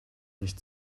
nicht